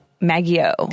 Maggie-o